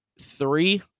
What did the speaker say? three